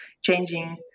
changing